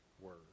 word